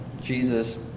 Jesus